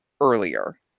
earlier